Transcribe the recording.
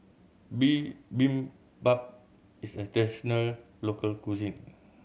Bibimbap is a traditional local cuisine